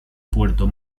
puerto